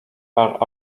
are